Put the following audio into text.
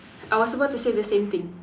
I was about to say the same thing